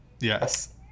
Yes